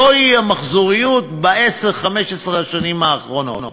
זוהי המחזוריות ב-15-10 השנים האחרונות.